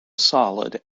solid